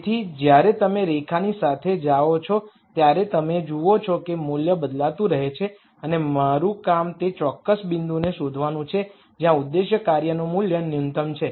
તેથી જ્યારે તમે રેખાની સાથે જાઓ છો ત્યારે તમે જુઓ છો કે મૂલ્ય બદલાતું રહે છે અને મારું કામ તે ચોક્કસ બિંદુને શોધવાનું છે જ્યાં ઉદ્દેશ્ય કાર્યનું મૂલ્ય ન્યૂનતમ છે